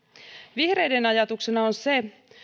vihreiden ajatuksena on se